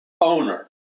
owner